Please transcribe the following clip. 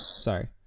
Sorry